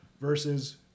versus